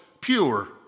pure